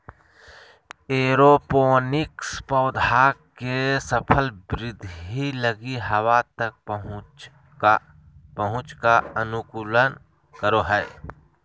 aeroponics पौधा के सफल वृद्धि लगी हवा तक पहुंच का अनुकूलन करो हइ